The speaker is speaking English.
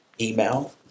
email